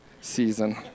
season